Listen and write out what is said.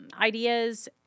ideas